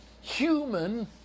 Human